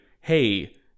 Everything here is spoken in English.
hey